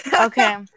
Okay